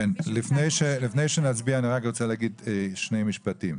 לפני שנצביע אני רק רוצה להגיד שני משפטים.